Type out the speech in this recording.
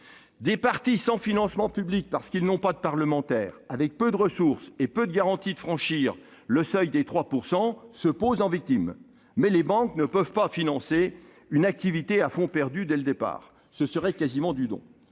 Des partis sans financement public parce qu'ils n'ont pas de parlementaires, avec peu de ressources et peu de garanties de franchir le seuil des 3 %, se posent en victimes. Mais les banques ne peuvent pas financer une activité à fonds perdu dès le départ. Ce serait quasiment du don.